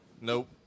Nope